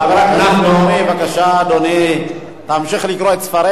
בבקשה, אדוני, תמשיך לקרוא את ספריך.